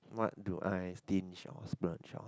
what do I stinge or splurge on